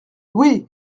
oui